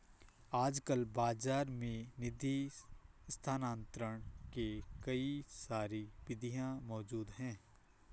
आजकल बाज़ार में निधि स्थानांतरण के कई सारी विधियां मौज़ूद हैं